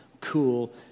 cool